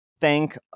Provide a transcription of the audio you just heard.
thank